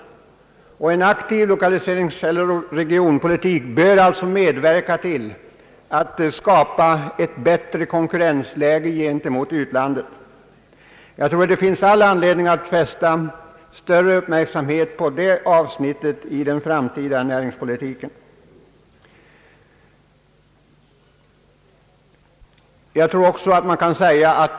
En aktiv lokaliseringseller regionalpolitik bör alltså medverka till att skapa ett bättre konkurrensläge gentemot utlandet. Det finns all anledning att fästa större uppmärksamhet på det avsnittet i den framtida näringspolitiken.